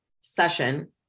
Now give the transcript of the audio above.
session